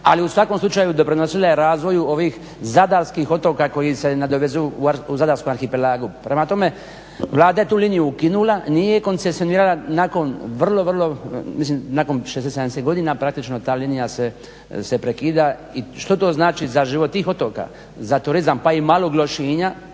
ali u svakom slučaju doprinosila je razvoju ovih zadarskih otoka koji se nadovezuju u Zadarskom arhipelagu. Prema tome Vlada je tu liniju ukinula, nije koncesionirala, nakon 60-70 godina praktično ta linija se prekida i što to znači za život tih otoka, ta turizam pa i Malog Lošinja